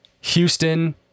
Houston